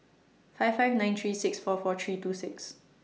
five five nine three six four four three two six